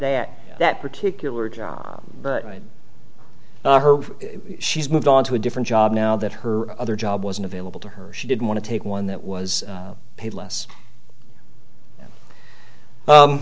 that that particular job but right now her she's moved on to a different job now that her other job wasn't available to her she didn't want to take one that was paid less